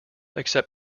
accept